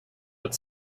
but